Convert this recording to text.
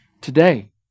today